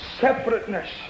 Separateness